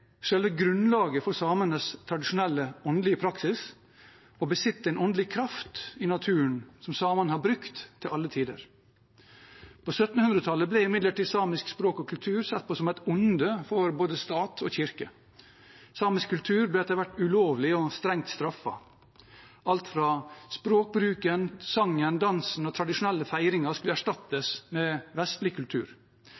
grunnlaget for samenes tradisjonelle åndelige praksis og besitter en åndelig kraft i naturen, som samene har brukt til alle tider. På 1700-tallet ble imidlertid samisk språk og kultur sett på som et onde for både stat og kirke. Samisk kultur ble etter hvert ulovlig og strengt straffet. Alt fra språkbruken til sangen, dansen og tradisjonelle feiringer skulle